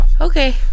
Okay